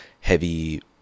heavy